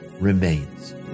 remains